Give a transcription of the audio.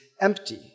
empty